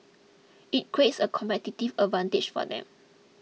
it creates a competitive advantage for them